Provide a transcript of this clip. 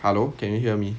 hello can you hear me